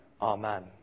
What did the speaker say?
Amen